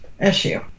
issue